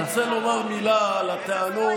עכשיו אני רוצה לומר מילה על הטענות,